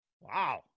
Wow